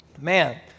Man